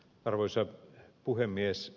arvoisa puhemies